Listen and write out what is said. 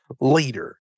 later